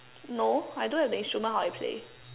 no I don't have the instrument how I play